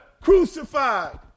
crucified